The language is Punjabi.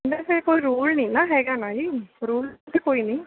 ਵੈਸੇ ਇਹ ਕੋਈ ਰੂਲ ਨਹੀਂ ਨਾ ਹੈਗਾ ਨਾ ਜੀ ਰੂਲ ਤਾਂ ਕੋਈ ਨਹੀਂ